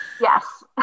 Yes